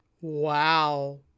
Wow